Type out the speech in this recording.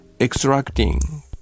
extracting